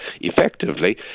effectively